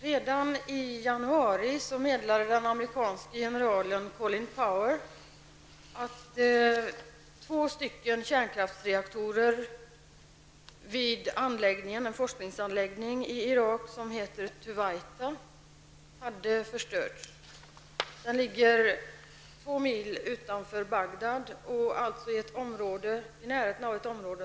Redan i januari meddelade den amerikanske generalen Collin Powell att två kärnkraftsreaktorer vid en irakisk forskningsanläggning vid namn Tuwaitha hade förstörts. Anläggningen ligger två mil utanför Bagdad och alltså nära ett område med mycket stor befolkning.